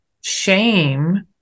Shame